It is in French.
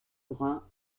bruns